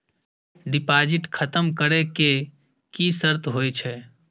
Deposit खतम करे के की सर्त होय छै?